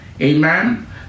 amen